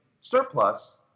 surplus